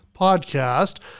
podcast